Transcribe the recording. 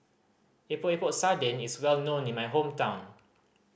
Epok Epok Sardin is well known in my hometown